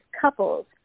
couples